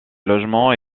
logements